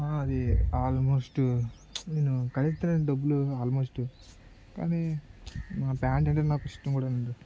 అది ఆల్మోస్ట్ నేను కలెక్ట్ అయినాయి డబ్బులు ఆల్మోస్ట్ కానీ ఆ ప్యాంట్ అంటే నాకు ఇష్టం కూడా అండి